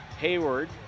Hayward